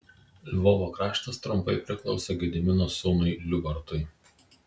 lvovo kraštas trumpai priklausė gedimino sūnui liubartui